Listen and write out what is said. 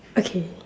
okay